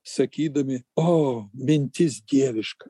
sakydami o mintis dieviška